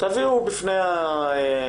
תביאו בפני הוועדה.